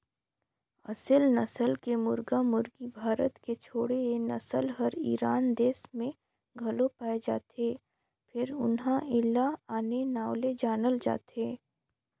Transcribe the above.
असेल नसल के मुरगा मुरगी भारत के छोड़े ए नसल हर ईरान देस में घलो पाये जाथे फेर उन्हा एला आने नांव ले जानल जाथे